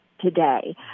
today